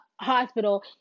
hospital